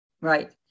Right